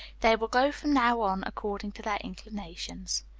they will go from now on according to their inclinations.